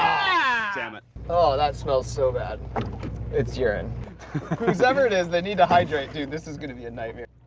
dammit ohh that smells so bad it's urine whosever's it is, they need to hydrate dude this is going to be a nightmare.